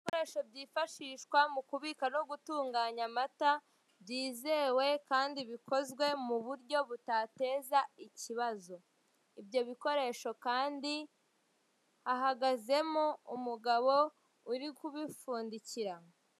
Ibikoresho byifashishwa mu kubika no gutunganya amata, byizewe kandi bikozwe mu buryo butateza ikibazo, ibyo bikoresho kandi hahagazemo umugabo uri kubipfundikira.